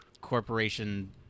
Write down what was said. corporation